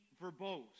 verbose